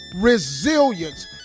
Resilience